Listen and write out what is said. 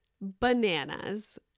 bananas